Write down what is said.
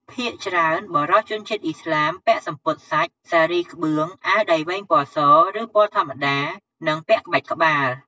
ភាគច្រើន បុរសជនជាតិឥស្លាមពាក់សំពត់សាច់ សារីក្បឿង អាវដៃវែងពណ៌ស ឬ ពណ៌ធម្មតា និងពាក់ក្បាច់ក្បាល។